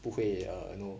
不会 err you know